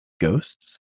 ghosts